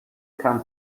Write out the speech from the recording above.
come